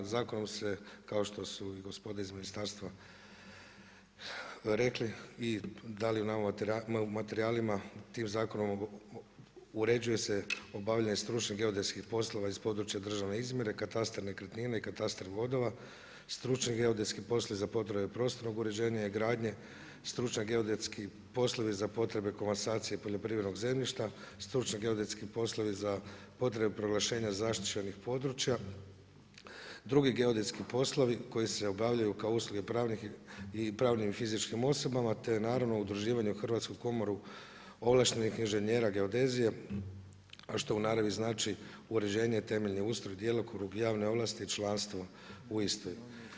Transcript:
Zakonom se kao što su gospoda iz ministarstva rekli i dali nama u materijalima, tim zakonom uređuje se obavljanje stručnih geodetskih poslova iz područja državne izmjere, katastar nekretnina i katastar vodova, stručne geodetski poslovi za potrebe prostornog uređenja i gradnja, stručni geodetski poslovi za potrebe komasacije poljoprivrednog zemljišta, stručni geodetski poslovi za potrebu proglašenja zaštićenih područja, drugi geodetski poslovi koji se obavljaju kao usluge pravnim i fizičkim osobama te naravno udruživanje u hrvatsku komoru ovlaštenih inženjera geodezija, a što u naravi znači uređenje temeljni ustroj, djelokrug, javne ovlasti, članstvo u istoj.